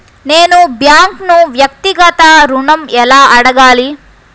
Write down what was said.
నేను బ్యాంక్ను వ్యక్తిగత ఋణం ఎలా అడగాలి?